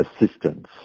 assistance